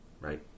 Right